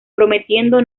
prometiendo